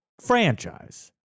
franchise